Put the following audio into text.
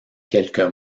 quelques